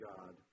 God